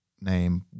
name